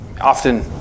often